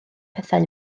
pethau